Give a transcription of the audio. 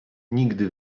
nigdy